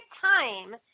time